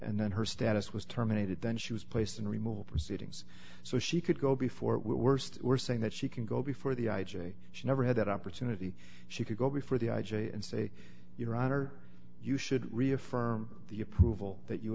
and then her status was terminated then she was placed in removed proceedings so she could go before worst we're saying that she can go before the i j a she never had that opportunity she could go before the i j a and say your honor you should reaffirm the approval that